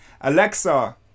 Alexa